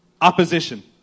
opposition